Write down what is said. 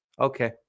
okay